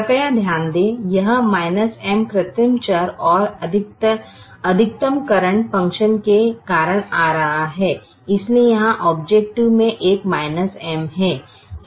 कृपया ध्यान दें कि यह M कृत्रिम चर और अधिकतमकरण फ़ंक्शन के कारण आ रहा है इसलिए यहां औब्जैकटिव में एक M है